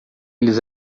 eles